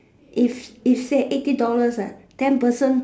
if is at eighty dollars ah ten person